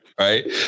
Right